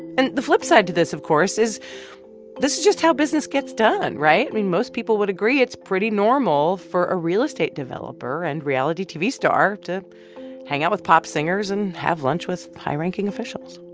and the flip side to this, of course, is this is just how business gets done, right? i mean, most people would agree it's pretty normal for a real estate developer and reality tv star to hang out with pop singers and have lunch with high-ranking officials.